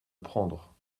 prendre